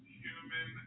human